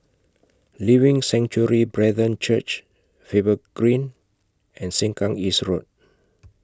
Living Sanctuary Brethren Church Faber Green and Sengkang East Road